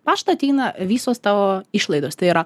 paštą ateina visos tavo išlaidos tai yra